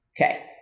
Okay